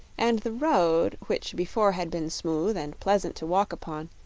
and the road, which before had been smooth and pleasant to walk upon,